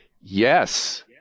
yes